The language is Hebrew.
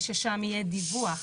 וששם יהיה דיווח